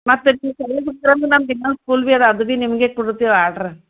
ಮತ್ತೆ ನೀವು ಸರ್ಯಾಗಿ ಹೊಲ್ದ್ರಿ ಅಂದ್ರೆ ನಮ್ದು ಇನ್ನೊಂದು ಸ್ಕೂಲ್ ಭೀ ಅದ ಅದು ಭೀ ನಿಮಗೆ ಕೊಡ್ತೀವಿ ಆರ್ಡ್ರ್